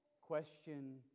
question